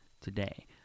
today